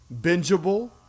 bingeable